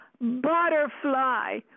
butterfly